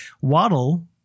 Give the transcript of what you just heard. Waddle